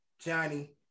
Johnny